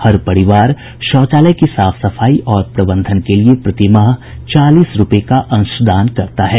हर परिवार शौचालय की साफ सफाई और प्रबंधन के लिए प्रतिमाह चालीस रूपये का अंशदान करता है